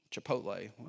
Chipotle